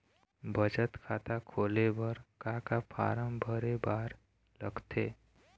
बचत खाता खोले बर का का फॉर्म भरे बार लगथे?